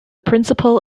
principle